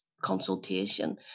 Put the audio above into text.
consultation